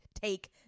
take